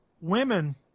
women